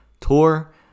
tour